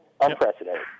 Unprecedented